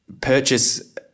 purchase